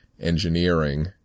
engineering